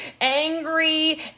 angry